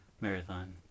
marathon